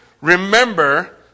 Remember